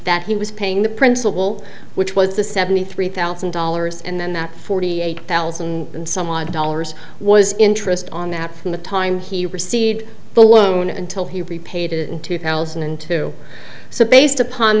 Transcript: that he was paying the principle which was the seventy three thousand dollars and then that forty eight thousand and some odd dollars was interest on that from the time he received the loan until he repaid it in two thousand and two so based upon